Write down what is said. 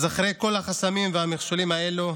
אז אחרי כל החסמים והמכשולים האלה,